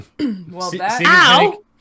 Ow